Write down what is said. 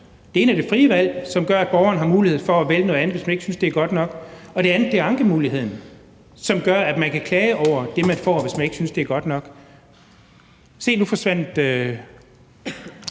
Det ene er det frie valg, som gør, at borgeren har mulighed for at vælge noget andet, hvis man ikke synes, at det er godt nok. Og det andet er ankemuligheden, som gør, at man kan klage over det, man får, hvis man ikke synes, at det er godt nok. Se, nu forsvandt